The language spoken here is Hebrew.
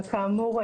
כאמור,